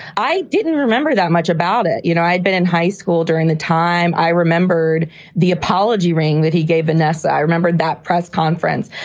i didn't remember that much about it. you know, i'd been in high school during the time i remembered the apology ring that he gave. unless i remembered that press conference.